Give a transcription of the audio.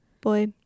Boy